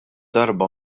darba